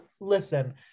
listen